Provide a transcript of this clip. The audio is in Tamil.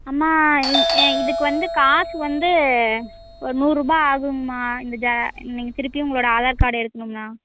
அம்மா இதுக்கு வந்து காசு வந்து ஒரு நூறுரூபா ஆகுங்கம்மா இந்த இதை நீங்கள் திருப்பியும் உங்களோடய ஆதார் கார்டு எடுக்கணும்னால்